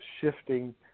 shifting